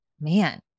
man